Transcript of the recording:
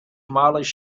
malas